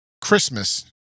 Christmas